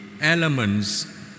elements